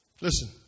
Listen